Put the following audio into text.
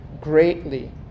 greatly